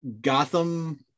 gotham